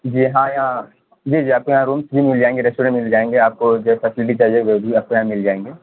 جی ہاں یہاں جی جی آپ کو یہاں رومس بھی مل جائیں گے ریسٹورینٹ مل جائیں گے آپ کو جو فیسلٹی چاہیے وہ بھی آپ کو یہاں مل جائیں گے